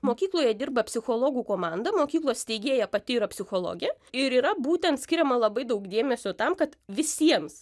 mokykloje dirba psichologų komanda mokyklos steigėja pati yra psichologė ir yra būtent skiriama labai daug dėmesio tam kad visiems